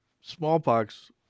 smallpox